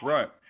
Right